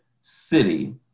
city